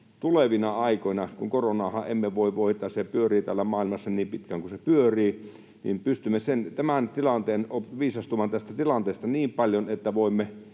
tulevina aikoina — kun koronaahan emme voi voittaa, se pyörii täällä maailmassa niin pitkään kuin se pyörii — pystymme viisastumaan tästä tilanteesta niin paljon, että voimme